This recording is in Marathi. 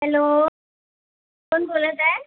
हॅलो कोण बोलत आहे